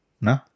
No